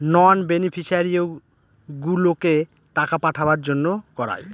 নন বেনিফিশিয়ারিগুলোকে টাকা পাঠাবার জন্য করায়